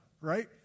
right